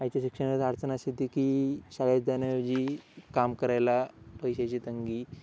आईच्या शिक्षणात अडचण अशी होती की शाळेत जाण्या ऐवजी काम करायला पैशाची तंगी